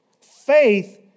Faith